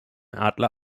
adler